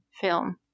film